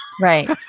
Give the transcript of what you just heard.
Right